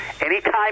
Anytime